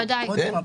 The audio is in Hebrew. כן.